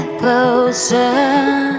closer